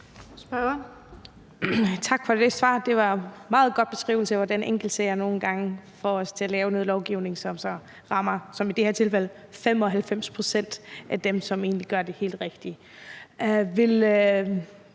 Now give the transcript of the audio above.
Tak for det svar. Det var en meget god beskrivelse af, hvordan enkeltsager nogle gange får os til at lave noget lovgivning, som i det her tilfælde rammer 95 pct. af dem, som egentlig gør det helt rigtigt.